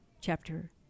chapter